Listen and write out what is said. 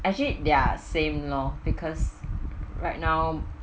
actually they're same lor because right now